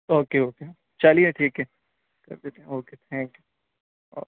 okay okay چلیے ٹھیک ہے کر دیتے ہیں اوکے تھینک یو اوکے